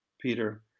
Peter